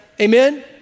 Amen